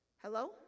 Hello